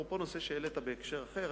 אפרופו נושא שהעלית בהקשר אחר,